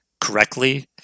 correctly